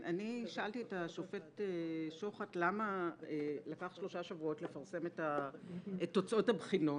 אני שאלתי את השופט שוחט למה לקח שלושה שבועות לפרסם את תוצאות הבחינות,